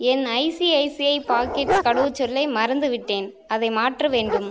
என் ICICI packets கடவுச் சொல்லை மறந்துவிட்டேன் அதை மாற்ற வேண்டும்